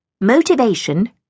motivation